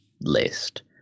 list